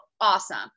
awesome